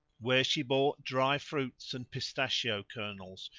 where she bought dry fruits and pistachio kernels,